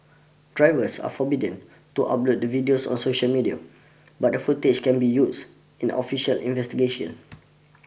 drivers are forbidden to upload the videos on social media but the footage can be used in official investigation